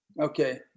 Okay